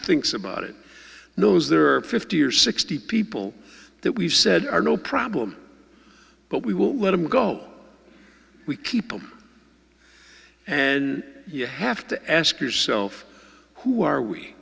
thinks about it knows there are fifty or sixty people that we've said are no problem but we will let him go we keep them and you have to ask yourself who are we